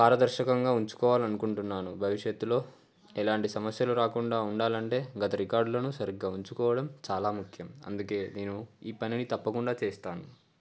పారదర్శకంగా ఉంచుకోవాలనుకుంటున్నాను భవిష్యత్తులో ఎలాంటి సమస్యలు రాకుండా ఉండాలంటే గత రికార్డులను సరిగ్గా ఉంచుకోవడం చాలా ముఖ్యం అందుకే నేను ఈ పనిని తప్పకుండా చేస్తాను